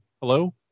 hello